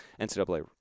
NCAA